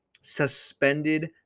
suspended